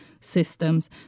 systems